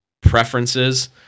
preferences